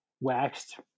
waxed